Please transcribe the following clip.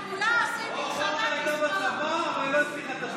אבל היא לא הצליחה,